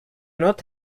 not